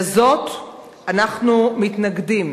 לזאת אנחנו מתנגדים,